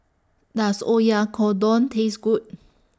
Does Oyakodon Taste Good